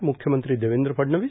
म्ख्यमंत्री देवेंद्र फडणवीस